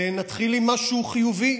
נתחיל עם משהו חיובי,